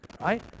right